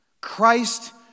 Christ